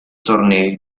tornei